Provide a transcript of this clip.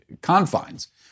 confines